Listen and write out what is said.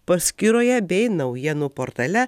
paskyroje bei naujienų portale